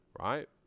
right